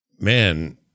man